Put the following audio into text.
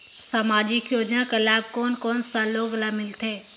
समाजिक योजना कर लाभ कोन कोन सा लोग ला मिलथे?